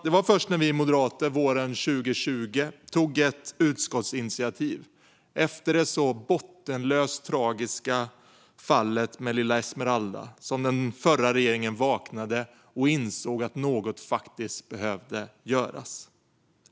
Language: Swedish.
Det var först när vi moderater våren 2020, efter det bottenlöst tragiska fallet med lilla Esmeralda, väckte ett utskottsinitiativ som den förra regeringen vaknade och insåg att något faktiskt behövde göras.